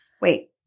Wait